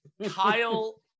Kyle